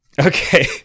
Okay